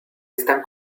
están